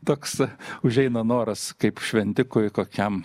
toks užeina noras kaip šventikui kokiam